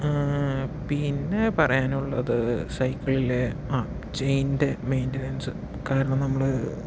പിന്നെ പറയാനുള്ളത് സൈക്കിളിലെ ആ ചെയിനിന്റെ മെയിൻ്റെനൻസ് കാരണം നമ്മൾ